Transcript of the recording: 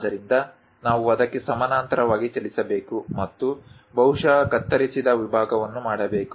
ಆದ್ದರಿಂದ ನಾವು ಅದಕ್ಕೆ ಸಮಾನಾಂತರವಾಗಿ ಚಲಿಸಬೇಕು ಮತ್ತು ಬಹುಶಃ ಕತ್ತರಿಸಿದ ವಿಭಾಗವನ್ನು ಮಾಡಬೇಕು